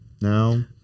now